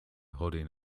holding